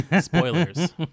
Spoilers